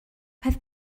peth